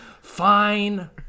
Fine